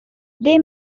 they